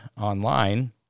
online